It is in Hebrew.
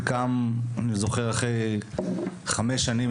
אני זוכר אחרי חמש שנים,